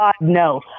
No